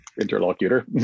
Interlocutor